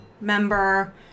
member